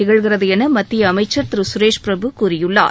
திகழ்கிறது என மத்திய அமைச்சர் திரு சுரேஷ் பிரபு கூறியுள்ளார்